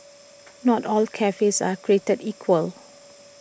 not all cafes are created equal